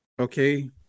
okay